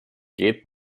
geht